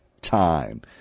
time